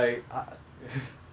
eh same